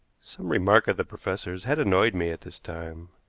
some remark of the professor's had annoyed me at this time,